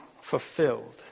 fulfilled